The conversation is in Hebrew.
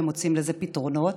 ומוצאים לזה פתרונות,